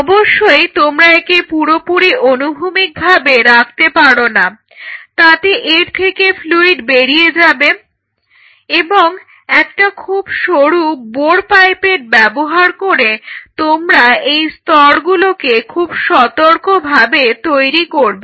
অবশ্যই তোমরা একে পুরোপুরি অনুভূমিকভাবে রাখতে পারো না তাতে এর থেকে ফ্লুইড বেরিয়ে যাবে এবং একটা খুব সরু বোর পাইপেট ব্যবহার করে তোমরা এই স্তরগুলোকে খুব সতর্কভাবে তৈরি করবে